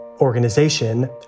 organization